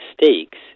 mistakes